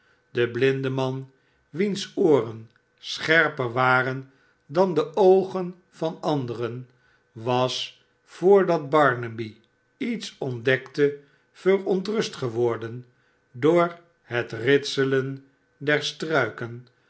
de blindeman wiens ooren scherper waren dan de oogen van anderen was voordat barnaby iets ontdekte verontrust geworden door het ritselen der struiken